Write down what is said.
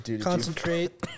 Concentrate